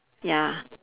ya